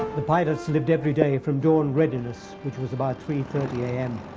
the pilots lived every day from dawn readiness which was about three thirty a m.